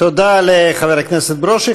תודה לחבר הכסת ברושי.